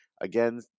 Again